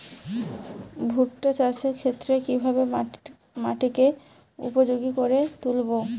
ভুট্টা চাষের ক্ষেত্রে কিভাবে মাটিকে উপযোগী করে তুলবো?